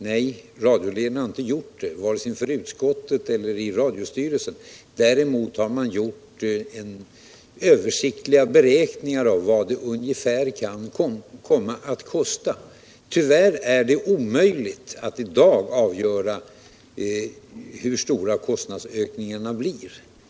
Nej, radioledningen har inte gjort det vare sig inför utskottet eller i radiostyrelsen. Däremot har man gjort översiktliga beräkningar av vad det ungefär kan komma att kosta. Tyvärr är det omöjligt att i dag avgöra hur stora övergångskostnaderna blir.